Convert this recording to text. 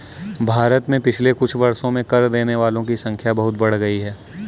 भारत में पिछले कुछ वर्षों में कर देने वालों की संख्या बहुत बढ़ी है